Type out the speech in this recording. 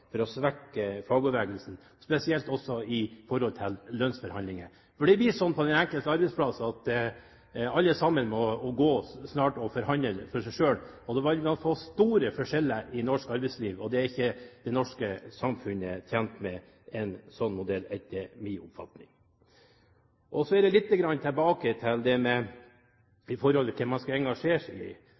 for å svekke fagbevegelsen, spesielt når det gjelder lønnsforhandlinger. Det vil snart bli slik på den enkelte arbeidsplass at alle må gå og forhandle for seg selv. Da vil man få store forskjeller i norsk arbeidsliv. Det norske samfunnet er ikke tjent med en slik modell, etter min oppfatning. Så lite grann tilbake til hva man skal engasjere seg i.